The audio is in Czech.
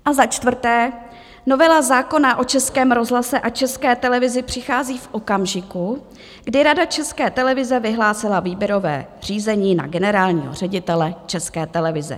A za čtvrté, novela zákona o Českém rozhlase a České televizi přichází v okamžiku, kdy Rada České televize vyhlásila výběrové řízení na generálního ředitele České televize.